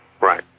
Right